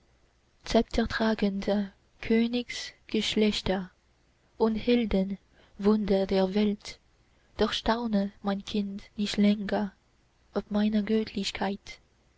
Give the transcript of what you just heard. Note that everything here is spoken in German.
zeptertragende königsgeschlechter und helden wunder der welt doch staune mein kind nicht länger ob meiner